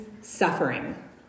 suffering